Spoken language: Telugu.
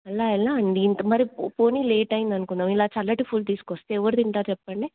అలా ఎలా అండి ఇంత మరి పోని లేట్ అయింది అనుకుందాం ఇలా చల్లటి ఫుడ్ తీసుకొస్తే ఎవరు తింటారు చెప్పండి